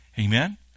Amen